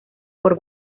por